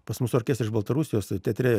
pas mus orkestrai iš baltarusijos teatre